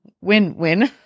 win-win